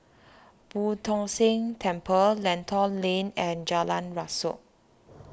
Boo Tong San Temple Lentor Lane and Jalan Rasok